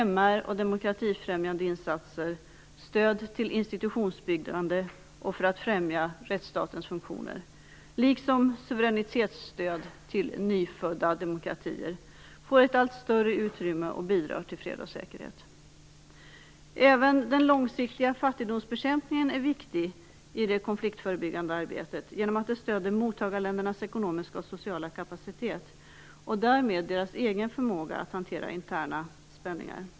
MR och demokratifrämjande insatser, stöd till institutionsbyggande och för att främja rättsstatens funktioner, liksom suveränitetsstöd till nyfödda demokratier får ett allt större utrymme och bidrar till fred och säkerhet. Även den långsiktiga fattigdomsbekämpningen är viktig i det konfliktförebyggande arbetet, genom att det stöder mottagarländernas ekonomiska och sociala kapacitet och därmed deras egen förmåga att hantera interna spänningar.